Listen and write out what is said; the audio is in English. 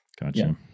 Gotcha